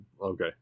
Okay